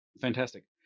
Fantastic